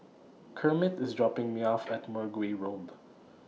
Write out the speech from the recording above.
Kermit IS dropping Me off At Mergui Road